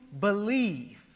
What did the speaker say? believe